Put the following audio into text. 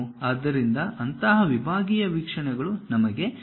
ಆದ್ದರಿಂದ ಅಂತಹ ವಿಭಾಗೀಯ ವೀಕ್ಷಣೆಗಳು ನಮಗೆ ಬೇಕಾಗಿವೆ